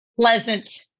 pleasant